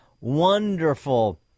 wonderful